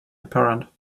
apparent